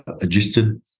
adjusted